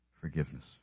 forgiveness